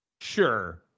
Sure